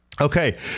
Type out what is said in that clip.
Okay